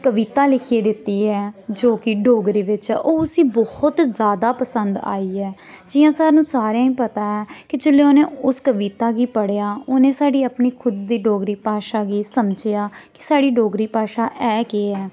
कविता लिखियै दित्ती ऐ जो कि डोगरी बिच्च ऐ ओह् उस्सी बहुत जैदा पसंद आई ऐ जि'यां सानूं सारेआं गी पता ऐ कि जेल्ले उ'नें उस कविता गी पढ़ेआ उ'नें साढ़ी अपनी खुद दी डोगरी भाशा गी समझेआ कि साढ़ी डोगरी भाशा ऐ केह् ऐ